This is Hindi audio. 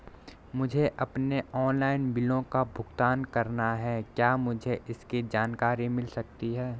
मुझे अपने ऑनलाइन बिलों का भुगतान करना है क्या मुझे इसकी जानकारी मिल सकती है?